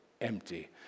empty